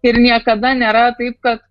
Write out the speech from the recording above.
ir niekada nėra taip kad